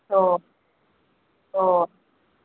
हो हो